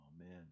Amen